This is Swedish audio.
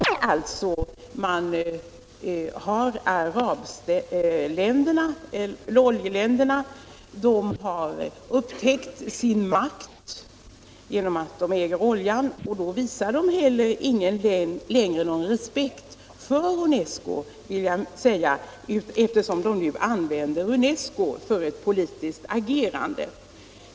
Herr talman! Vi har alltid förutsatt att UNESCO endast skulle syssla med icke politiskt kontroversiella frågor. Vid röstning räcker det därför med enkel majoritet. Det var bl.a. därför, herr Mattsson i Lane-Herrestad, som det inte hjälpte hur Sverige röstade. Nu har oljeländerna upptäckt sin makt. De visar inte längre någon respekt för UNESCO, eftersom de använder organet för politiskt agerande.